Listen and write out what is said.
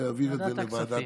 להעביר את זה לוועדת הכספים.